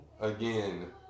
Again